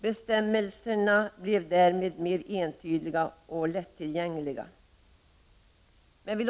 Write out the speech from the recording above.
Bestämmelserna blev därmed mer entydiga och lätttillgängliga.